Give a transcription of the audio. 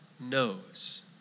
knows